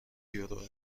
یورو